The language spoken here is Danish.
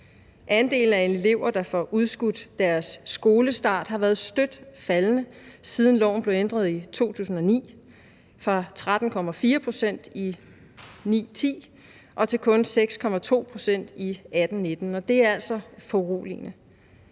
Andelen af elever, der får udskudt deres skolestart, har været støt faldende, siden loven blev ændret i 2009, fra 13,4 pct. i 2009-10 til kun 6,2 pct. i 2018-19, og det er altså foruroligende.